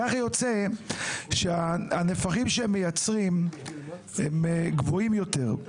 כך יוצא שהנפחים שהם מייצרים גבוהים יותר.